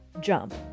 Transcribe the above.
jump